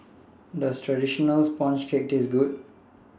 Does Traditional Sponge Cake Taste Good